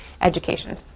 education